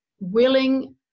willing